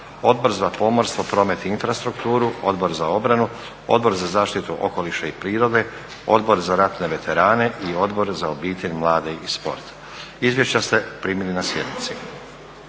Odbor za pomorstvo, promet i infrastrukturu, Odbor za obranu, Odbor za zaštitu okoliša i prirode, Odbor za ratne veterane i Odbor za obitelj, mlade i sport. Izvješća ste primili na sjednici.